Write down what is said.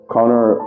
Connor